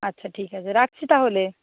আচ্ছা ঠিক আছে রাখছি তাহলে